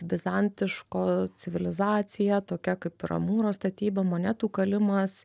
bizantiško civilizacija tokia kaip ir amūro statyba monetų kalimas